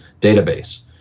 database